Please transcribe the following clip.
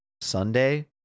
Sunday